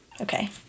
Okay